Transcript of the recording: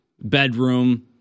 bedroom